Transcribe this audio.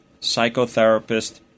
psychotherapist